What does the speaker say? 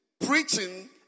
preaching